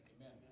Amen